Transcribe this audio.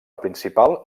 principal